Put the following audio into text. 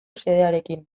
xedearekin